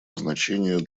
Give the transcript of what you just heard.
значение